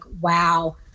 wow